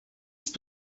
ist